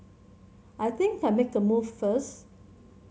I think I'll make a move first